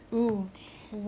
travel I think